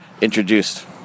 introduced